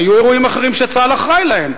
היו אירועים אחרים שצה"ל אחראי להם.